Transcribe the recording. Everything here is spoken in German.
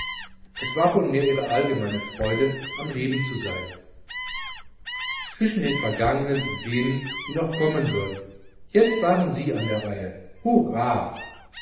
es war wohl mehr ihre allgemeine freude am leben zu sein zwischen den vergangenen und denen die noch kommen würden jetzt waren sie an der reihe hurra